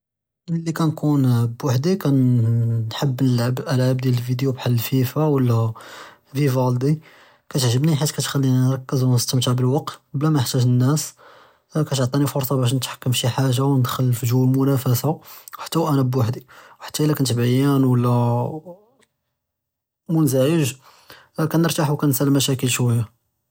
מְלִי כַּאנְכּוּן בּוּחְדִי כַּאנְחַבּ נְלַעַבּ אֶלְאָלְעָאב דִּיַאל אֶלְוִידֵיוֹ בְּחַאל אֶלְפִּיפָא וְלָא פִיבַלְדִי כַּאתְעְגְּבְנִי חִית כַּאתְכַלִּינִי נְרַכֶּּז וְנִסְתַמְתְּع בֶּלְוַקְת בְּלָא מָא נֶחְתַאג נְנַעֵס כַּאתְעְטִינִי פְּרְסָה בָּאש נִתְחַכֶּם פִּ שִׁי חַאגָה וְנְדְخֶּל פִּג'וּ אֶלְמֻנַافַסַה Ḥַתّى וְאַנَا בּוּחְדִי Ḥַתّى אִלָּא כָּאנְת עַיַּאן וְלָא מְנַזַּעַּג כַּאנְרְתַּاح וְכַאנְנְסַּא אֶלְמַשַּاكֵל שְׁوּיָה.